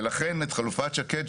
ולכן את חלופת שקד,